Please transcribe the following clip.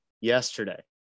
yesterday